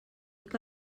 que